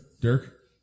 Dirk